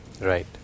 Right